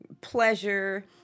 pleasure